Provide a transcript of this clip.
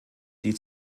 die